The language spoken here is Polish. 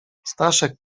staszek